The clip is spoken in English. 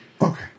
Okay